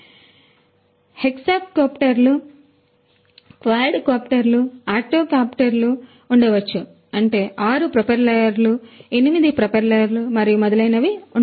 కాబట్టి హెక్సాకోప్టర్లు క్వాడ్కాప్టర్ ఆక్టోకాప్టర్లు ఉండవచ్చు అంటే 6 ప్రొపెల్లర్లు 8 ప్రొపెల్లర్లు మరియు మొదలైనవి ఉండవచ్చు